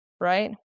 right